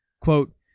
quote